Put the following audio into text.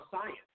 science